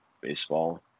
baseball